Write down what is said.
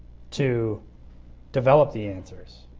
to develop the answers.